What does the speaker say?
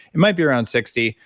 and might be around sixty,